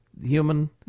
human